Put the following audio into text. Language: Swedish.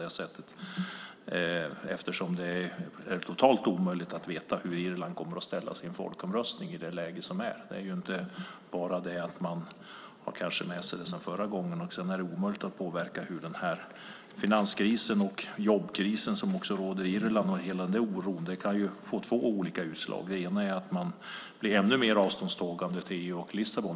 Det är totalt omöjligt att veta hur Irland kommer att ställa sig i en folkomröstning just nu. Det är inte bara fråga om vad som finns med från förra gången, utan det är också omöjligt att veta hur oron för finanskrisen och jobbkrisen som också råder på Irland påverkar det hela. Det kan bli två utslag. Det ena är att man blir ännu mer avståndstagande till EU och Lissabonfördraget.